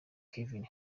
kevin